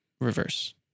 reverse